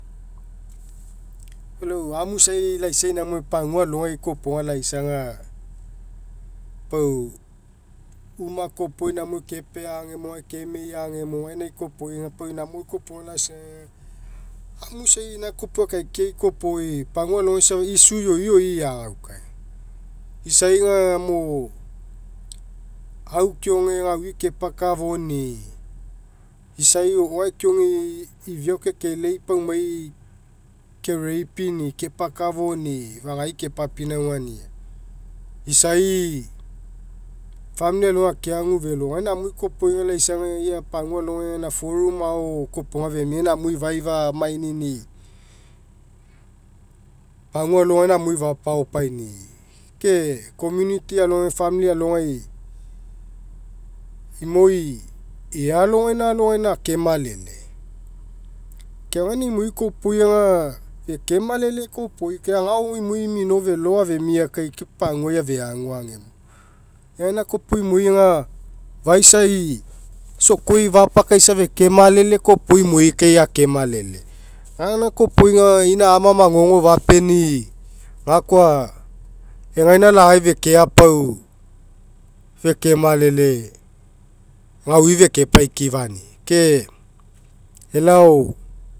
Lau amu isai lasiai inamo pagua alogai kopoga laisa aga, pau uma kopoi namo kekea agemo gae kemai agemo gaina kopoi aga pau namo kopoi laisa aga amu isai ina kopi akaikiai kopoi pagua alogai safa issue ioi ioi eagaukae. Isai aga mo au keoge gaui kepakafo'oni'i, isai o'oae keoge ifiao kekelei, paumai ke rape'ini'i kepa kafo'oni'i fagai kepa pinaugaini'i, isai famili aloi ai akeagu felo. Gaina amui kopei aga ia pagua alogai foruma ao kopoga femia gaina amui faifa'a maini'i pagua alogai gaina amui fapaopaini'i. Ke community alogai famili alogai inioi ealegai alogaina akemalele. Gaina imoi kopoga aga fekemalele kopoi kai agao aga imoi minoi felo afemia kai ke paguai afe agu agemo. Gaina kopoi imoi aga faisai isa okoi falpakaisa feke malele koa iopoga kai akemalele. Gaina kopoga aga inaiama'a magogo fapeni'i, gakoa egaina lagai feke apau fekemalele, gaui fekepaikifani'i. Ke elao.